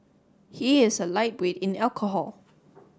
he is a lightweight in alcohol